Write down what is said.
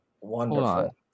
Wonderful